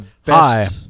Hi